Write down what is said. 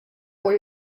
where